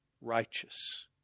righteous